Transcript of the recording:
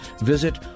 visit